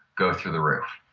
go through the roof.